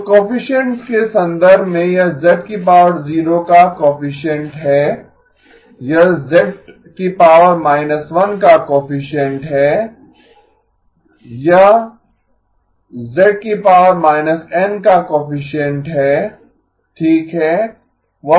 तो कोएफिसिएन्ट्स के संदर्भ में यह z0 का कोएफिसिएन्ट है यह z−1 का कोएफिसिएन्ट है यह z−N का कोएफिसिएन्ट है ठीक है